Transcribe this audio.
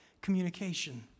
communication